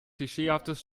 klischeehaftes